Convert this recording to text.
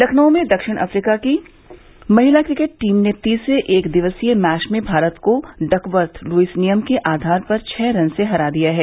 लखनऊ में दक्षिण अफ्रीका की महिला क्रिकेट टीम ने तीसरे एक दिवसीय मैच में भारत को डकवर्थ लुईस नियम के आधार पर छ रन से हरा दिया है